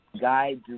guide